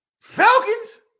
falcons